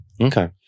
okay